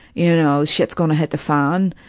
you know, shit's gonna hit the fan.